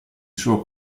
suo